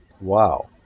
Wow